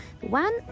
One